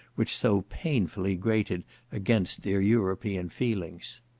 which so painfully grated against their european feelings.